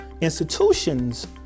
institutions